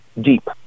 deep